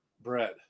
bread